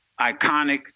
iconic